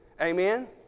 Amen